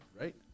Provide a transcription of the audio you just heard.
right